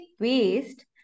waste